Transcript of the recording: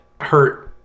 hurt